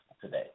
today